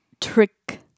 trick